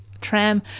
tram